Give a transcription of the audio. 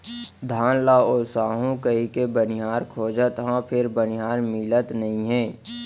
धान ल ओसाहू कहिके बनिहार खोजत हँव फेर बनिहार मिलत नइ हे